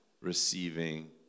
receiving